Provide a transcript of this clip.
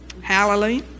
Hallelujah